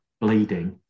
bleeding